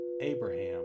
Abraham